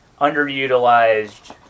underutilized